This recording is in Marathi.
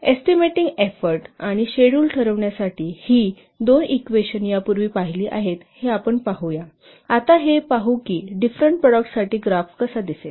एस्टीमेटिंग एफोर्ट आणि शेडूलडड ठरवण्यासाठी ही 2 इक्वेशन यापूर्वी पाहिली आहेत हे आपण पाहू या आता हे पाहू की डिफरेंट प्रॉडक्टसाठी ग्राफ कसा दिसेल